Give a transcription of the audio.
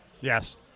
Yes